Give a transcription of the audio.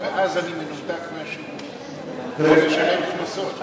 ואז אני מנותק מהשירות, אני אשלם קנסות.